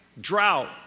drought